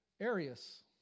Arius